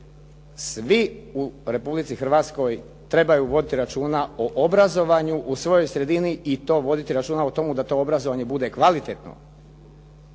svi u Republici Hrvatskoj trebaju voditi računa o obrazovanju u svojoj sredini i to voditi računa o tomu da to obrazovanje bude kvalitetno.